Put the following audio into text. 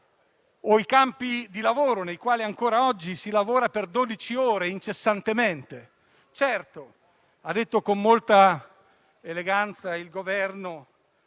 i campi di lavoro nei quali ancora oggi si lavora per dodici ore, incessantemente. Come ha detto con molta eleganza il Governo,